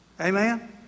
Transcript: Amen